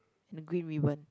and a green ribbon